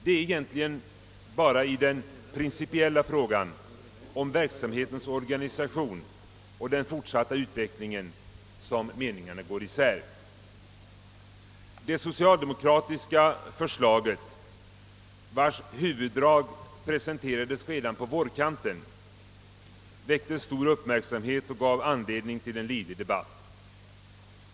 Det är egentligen bara i den principiella frågan om verksamhetens organisation och fortsatta utveckling som meningarna går isär. Det socialdemokratiska förslaget, vars huvuddrag presenterades redan på vårkanten, väckte stor uppmärksamhet och gav anledning till en livlig debatt.